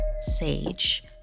sage